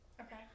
Okay